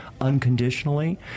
unconditionally